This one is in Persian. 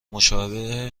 مشابه